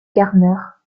garner